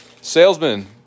salesman